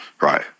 right